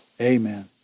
Amen